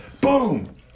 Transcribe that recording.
boom